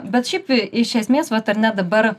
bet šiaip tai iš esmės vat ar ne dabar